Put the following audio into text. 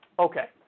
Okay